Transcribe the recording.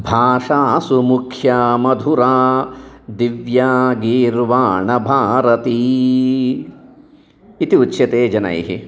भाषासु मुख्या मधुरा दिव्या गीर्वाणभारती इति उच्यते जनैः